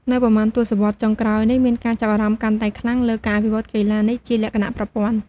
នៅប៉ុន្មានទសវត្សរ៍ចុងក្រោយនេះ មានការចាប់អារម្មណ៍កាន់តែខ្លាំងលើការអភិវឌ្ឍកីឡានេះជាលក្ខណៈប្រព័ន្ធ។